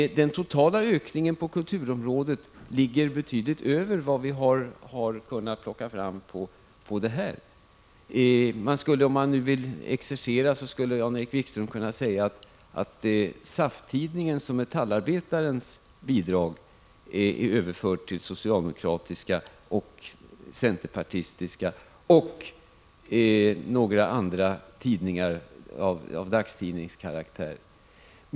Den totala ökningen på kulturområdet ligger betydligt över de summor vi har kunnat plocka fram genom detta förslag. Jan-Erik Wikström skulle lika väl kunna säga att SAF-Tidningens och Metallarbetarens bidrag är överfört till socialdemokratiska och centerpartistiska tidningar samt även till några andra tidningar av dagstidningskaraktär.